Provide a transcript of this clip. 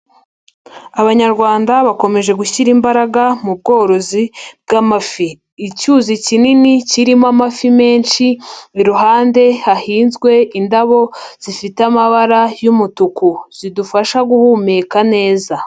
Abanyarwanda bakomeje gushyira imbaraga mu bworozi bw'amafi, icyuzi kinini kirimo amafi menshi, iruhande hahinzwe indabo zifite amabara y'umutuku zidufasha guhumeka neza.